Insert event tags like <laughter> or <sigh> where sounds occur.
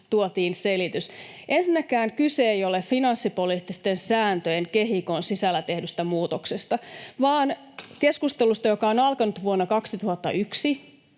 tuotiin selitys. Ensinnäkään kyse ei ole finanssipoliittisten sääntöjen, kehikon, sisällä tehdystä muutoksesta, <noise> vaan keskustelusta, joka on alkanut vuonna 2021